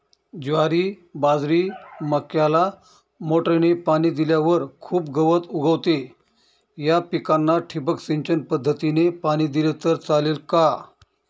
ज्वारी, बाजरी, मक्याला मोटरीने पाणी दिल्यावर खूप गवत उगवते, या पिकांना ठिबक सिंचन पद्धतीने पाणी दिले तर चालेल का?